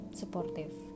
supportive